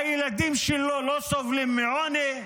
הילדים שלו לא סובלים מעוני.